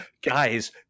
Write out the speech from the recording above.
Guys